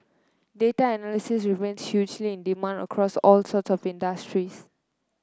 data analysts remain hugely in demand across all sort of industries